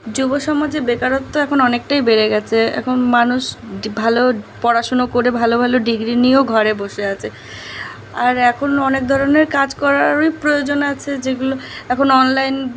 যুব সমাজে বেকারত্ব এখন অনেকটাই বেড়ে গেছে এখন মানুষ যে ভালো পড়াশুনো করে ভালো ভালো ডিগ্রি নিয়েও ঘরে বসে আছে আর এখন অনেক ধরনের কাজ করারই প্রয়োজন আছে যেগুলো এখন অনলাইন